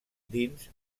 dins